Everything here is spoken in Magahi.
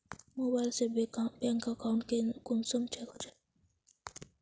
मोबाईल से बैंक अकाउंट कुंसम चेक होचे?